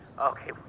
Okay